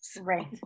Right